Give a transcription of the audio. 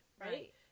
Right